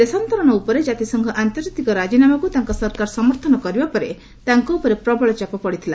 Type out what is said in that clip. ଦେଶାନ୍ତରଣ ଉପରେ ଜାତିସଂଘ ଆନ୍ତର୍ଜାତିକ ରାଜିନାମାକୁ ତାଙ୍କ ସରକାର ସମର୍ଥନ କରିବା ପରେ ତାଙ୍କ ଉପରେ ପ୍ରବଳ ଚାପ ପଡ଼ିଥିଲା